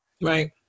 Right